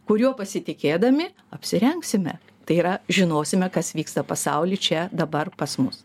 kuriuo pasitikėdami apsirengsime tai yra žinosime kas vyksta pasauly čia dabar pas mus